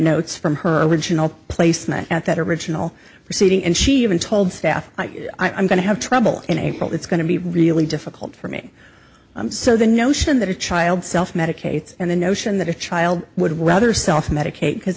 notes from her original placement at that original proceeding and she even told staff i'm going to have trouble in april it's going to be really difficult for me so the notion that a child self medicate and the notion that a child would rather self medicate because